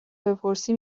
بپرسی